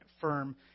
firm